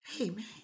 Amen